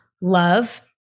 love